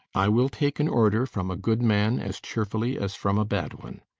i will take an order from a good man as cheerfully as from a bad one.